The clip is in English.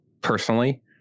personally